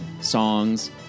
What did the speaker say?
songs